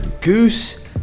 Goose